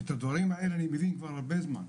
את הדברים האלה אני מבין כבר הרבה זמן,